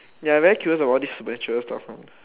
ya I very curious of all this adventure stuff